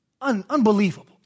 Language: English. Unbelievable